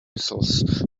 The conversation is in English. missiles